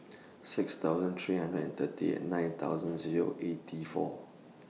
six thousand three hundred and thirty eight nine thousand Zero eighty four